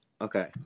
Okay